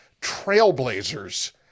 Trailblazers